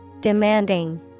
demanding